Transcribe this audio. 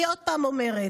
אני עוד פעם אומרת: